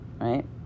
right